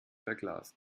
verglast